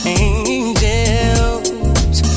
angels